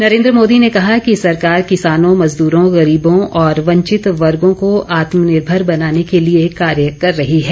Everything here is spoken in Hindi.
नरेंद्र मोदी ने कहा कि सरकार किसानों मजदूरों गरीबों और वंचित वर्गों को आत्मनिर्भर बनाने के लिए कार्य कर रही है